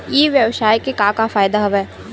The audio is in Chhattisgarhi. ई व्यवसाय के का का फ़ायदा हवय?